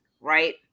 right